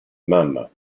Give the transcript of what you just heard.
mamma